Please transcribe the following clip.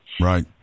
Right